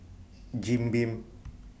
Jim Beam